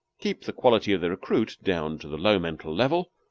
keep the quality of the recruit down to the low mental level,